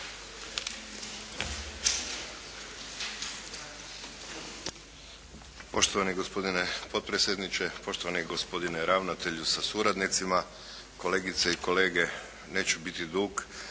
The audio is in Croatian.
Poštovani gospodine potpredsjedniče, poštovani gospodine ravnatelju sa suradnicima, kolegice i kolege! Neću biti dug,